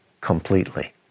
completely